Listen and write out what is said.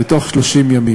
ובתוך 30 ימים.